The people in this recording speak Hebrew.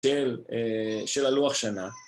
של הלוח שנה.